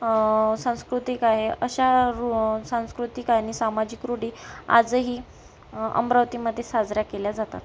सांस्कृतिक आहे अशा रु सांस्कृतिक आणि सामाजिक रूढी आजही अमरावतीमध्ये साजऱ्या केल्या जातात